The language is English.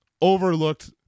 overlooked